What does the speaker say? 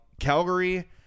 Calgary